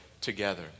together